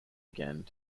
again